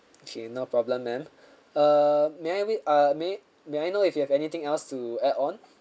okay no problem ma'am err may I uh may may I know if you have anything else to add on